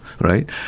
right